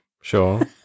Sure